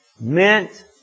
meant